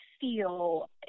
feel